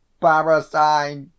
Parasite